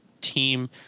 team